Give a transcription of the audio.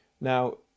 Now